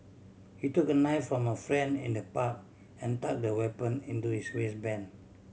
he took a knife from a friend in the pub and tucked the weapon into his waistband